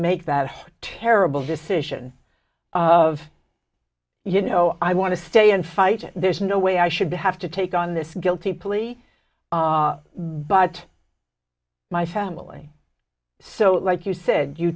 make that terrible decision of you know i want to stay and fight it there's no way i should have to take on this guilty plea ah but my family so like you said you